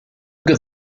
good